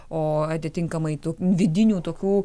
o atitinkamai tų vidinių tokių